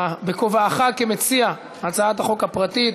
בכובעך כמציע הצעת החוק הפרטית?